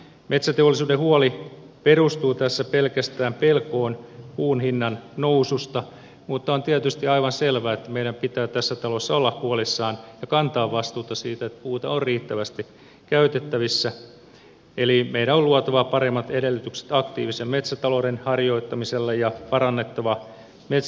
metsäteollisuuden huoli perustuu tässä pelkästään pelkoon puun hinnan noususta mutta on tietysti aivan selvää että meidän pitää tässä talossa olla huolissamme ja kantaa vastuuta siitä että puuta on riittävästi käytettävissä eli meidän on luotava paremmat edellytykset aktiivisen metsätalouden harjoittamiselle ja parannettava metsänomistusrakennetta